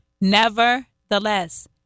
Nevertheless